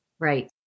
Right